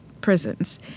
prisons